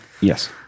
yes